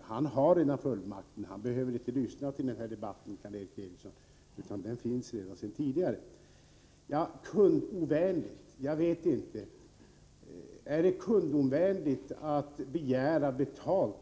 Han har alltså redan fullmakt att fatta beslut om prisändringar, så han behöver inte lyssna på denna debatt. Jag vet inte om det är ”kundovänligt” att begära betalning